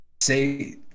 Say